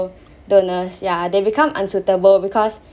donors yeah they become unsuitable because